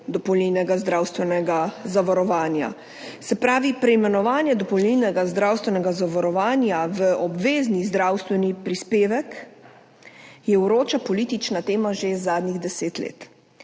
dopolnilnega zdravstvenega zavarovanja, se pravi preimenovanje dopolnilnega zdravstvenega zavarovanja v obvezni zdravstveni prispevek je vroča politična tema že zadnjih deset let.